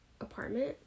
apartment